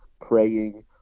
praying